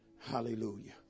Hallelujah